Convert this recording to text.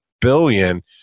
billion